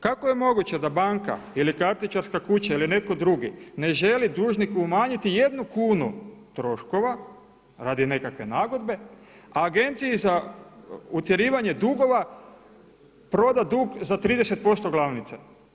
Kako je moguće da banka ili kartičarska kuća ili netko drugi ne želi dužniku umanjiti jednu kunu troškova radi nekakve nagodbe Agenciji za utjerivanje dugova proda dug za 30% glavnice.